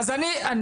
אז אני אומר,